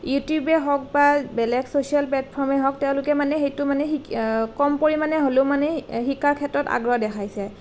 ইউটিউবেই হওক বা বেলেগ ছ'চিয়েল প্লেটফৰ্মেই হওক তেওঁলোকে মানে সেইটো মানে কম পৰিমাণে হ'লেও মানে শিকাৰ ক্ষেত্ৰত আগ্ৰহ দেখাইছে